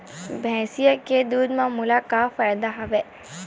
भैंसिया के दूध म मोला का फ़ायदा हवय?